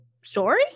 story